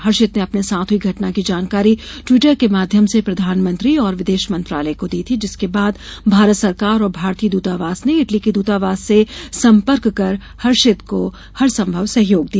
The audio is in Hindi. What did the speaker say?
हर्षित ने अपने साथ हुई घटना की जानकारी ट्वीटर के माध्यम से प्रधानमंत्री और विदेश मंत्रालय को दी थी जिसके बाद भारत सरकार और भारतीय दूतावास ने इटली के दूतावास से संपर्क कर हर्षित को हरसंभव सहयोग किया